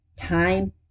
time